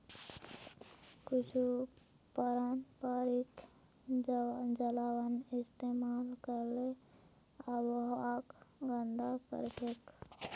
कुछू पारंपरिक जलावन इस्तेमाल करले आबोहवाक गंदा करछेक